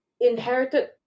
inherited